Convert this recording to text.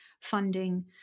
funding